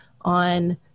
on